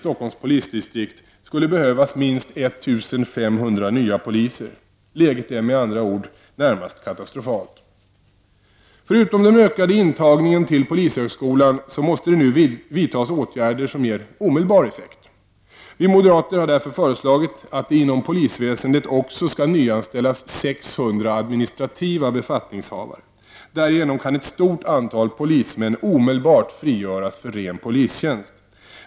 Stockholms polisdistrikt, skulle behövas minst 1 500 nya poliser. Läget är med andra ord närmast katastrofalt. Förutom den ökade intagningen till polishögskolan måste det nu vidtas åtgärder som ger omedelbar effekt. Vi moderater har därför föreslagit att det inom polisväsendet också skall nyanställas 600 administrativa befattningshavare. Därigenom kan ett stort antal polismän omedelbart frigöras för ren polistjänst.